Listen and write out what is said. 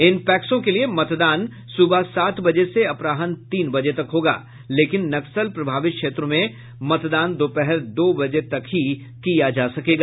इन पैक्सों के लिए मतदान सुबह सात बजे से अपराहन तीन बजे तक होगा लेकिन नक्सल प्रभावित क्षेत्र में मतदान दोपहर दो बजे तक ही किया जा सकेगा